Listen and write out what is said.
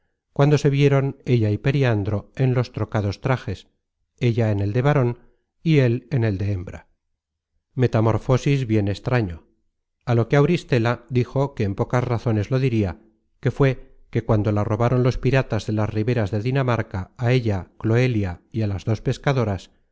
cuando se vieron ella y periandro en los trocados trajes ella en el de varon y él en el de hembra metamorfosis bien extraño á lo que auristela dijo que en pocas razones lo diria que fué que cuando la robaron los piratas de las riberas de dinamarca á ella cloelia y á las dos pescadoras